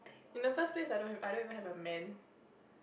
in the first place I don't have I don't even have a man